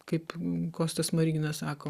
kaip kostas smoriginas sako